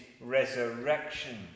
resurrection